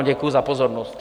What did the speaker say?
Děkuji za pozornost.